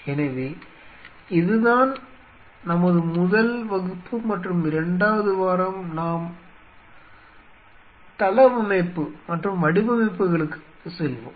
எனவே இதுதான் நமது முதல் வகுப்பு மற்றும் இரண்டாவது வாரம் நாம் தளவமைப்பு மற்றும் வடிவமைப்புகளுக்கு செல்வோம்